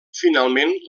finalment